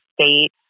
state